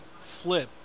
flip